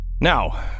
Now